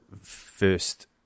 first